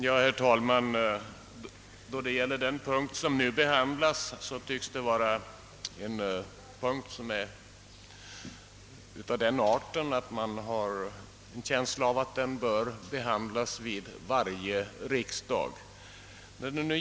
Herr talman! Den punkt som nu behandlas tycks vara av den arten att man anser att den bör tas upp vid varje riksdag.